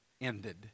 ended